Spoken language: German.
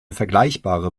vergleichbare